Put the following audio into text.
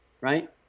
right